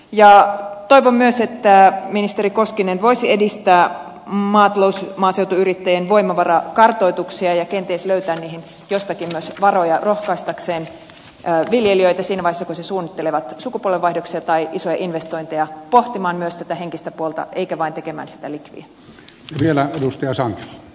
toivon myös että ministeri koskinen voisi edistää maatalous maaseutuyrittäjien voimavarakartoituksia ja kenties löytää niihin jostakin myös varoja rohkaistakseen viljelijöitä siinä vaiheessa kun he suunnittelevat sukupolvenvaihdoksia tai isoja investointeja pohtimaan myös tätä henkistä puolta eikä vain tekemään sitä likwiä